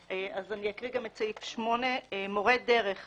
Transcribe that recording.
אני אקרא גם את סעיף 8. 8. מורה דרך ישתתף,